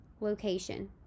location